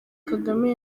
kagame